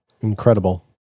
incredible